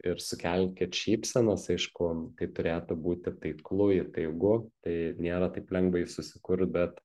ir sukelkit šypsenas aišku tai turėtų būti taiklu įtaigu tai nėra taip lengva jį susikurt bet